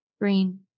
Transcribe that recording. Green